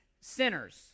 sinners